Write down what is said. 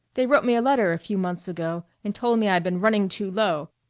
they wrote me a letter a few months ago and told me i'd been running too low.